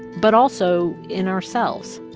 but also in ourselves?